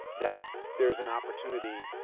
that there's an opportunity